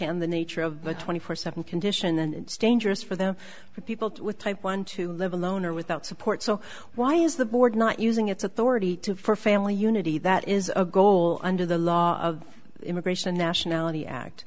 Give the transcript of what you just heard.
firsthand the nature of the twenty four seven condition and stenger's for them for people with type one to live alone or without support so why is the board not using its authority to for family unity that is a goal under the law of immigration and nationality act